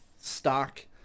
stock